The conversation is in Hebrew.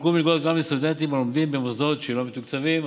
יחולקו מלגות גם לסטודנטים הלומדים במוסדות שלא מתוקצבים.